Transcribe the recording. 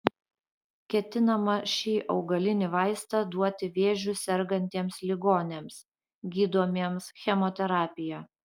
ketinama šį augalinį vaistą duoti vėžiu sergantiems ligoniams gydomiems chemoterapija